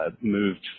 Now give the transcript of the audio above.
moved